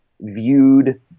viewed